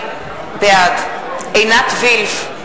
בעד עינת וילף,